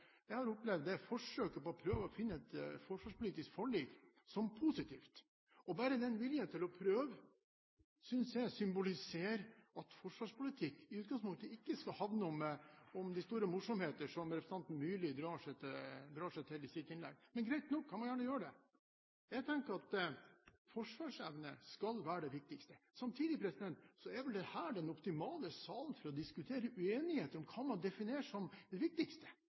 jeg har opplevd forsøket på å prøve å finne et forsvarspolitisk forlik som positivt. Bare viljen til å prøve synes jeg symboliserer at forsvarspolitikk i utgangspunktet ikke skal handle om de store morsomheter, som representanten Myrli drar seg til i sitt innlegg. Men greit nok – han må gjerne gjøre det. Jeg tenker at forsvarsevne skal være det viktigste. Samtidig er vel dette den optimale salen for å diskutere uenighet om hva man definerer som det viktigste.